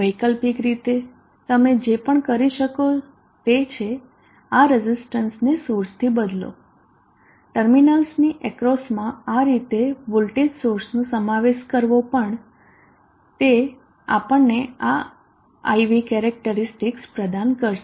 વૈકલ્પિક રીતે તમે જે પણ કરી શકો તે છે આ રઝીસ્ટન્ટને સોર્સથી બદલો ટર્મિનલ્સની અક્રોસમાં આ રીતે વોલ્ટેજ સોર્સનો સમાવેશ કરવો પણ તે આપણને આ I V કેરેક્ટરીસ્ટિકસ પ્રદાન કરશે